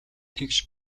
тэгш